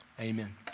amen